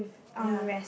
ya